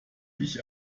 ich